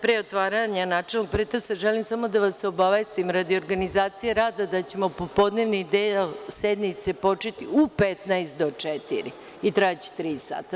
Pre otvaranja načelnog pretresa želim samo da vas obavestim radi organizacije rada da ćemo popodnevni deo sednice početi u 15 do četiri i trajaće tri sada.